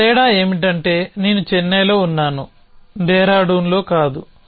ఒక తేడా ఏమిటంటే నేను చెన్నైలో ఉన్నాను డెహ్రాడూన్లో కాదు